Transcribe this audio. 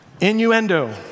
Innuendo